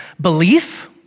Belief